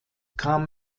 kam